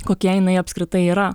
kokia jinai apskritai yra